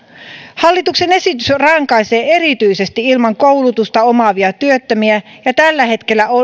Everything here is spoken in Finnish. hallituksen esitys rankaisee erityisesti ilman koulutusta olevia työttömiä ja tällä hetkellä